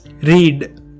Read